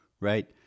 right